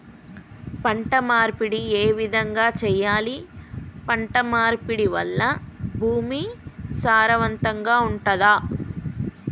పంట మార్పిడి ఏ విధంగా చెయ్యాలి? పంట మార్పిడి వల్ల భూమి సారవంతంగా ఉంటదా?